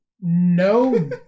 No